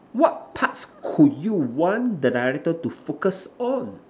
what parts could you want the director to focus on